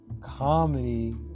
comedy